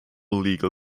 legal